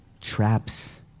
traps